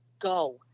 Go